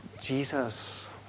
Jesus